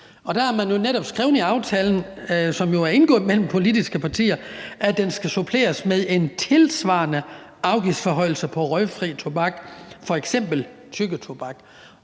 Der har man jo netop skrevet i aftalen, der er indgået mellem politiske partier, at den skal suppleres med en tilsvarende afgiftsforhøjelse på røgfri tobak, f.eks. tyggetobak.